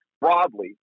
broadly